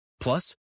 Plus